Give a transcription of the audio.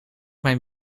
mijn